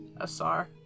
Asar